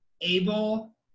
able